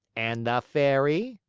and the fairy?